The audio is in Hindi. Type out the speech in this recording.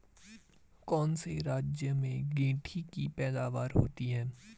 कौन से राज्य में गेंठी की पैदावार होती है?